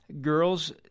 Girls